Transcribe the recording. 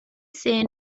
say